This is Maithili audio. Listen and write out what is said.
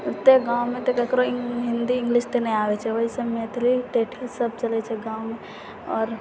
ओते गाँवमे तऽ ककरो हिन्दी इंग्लिश तऽ नहि आबै छै ओहिसँ मैथिली ठेठी सब चलै छै गाँवमे आओर